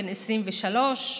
בן 23,